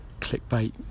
clickbait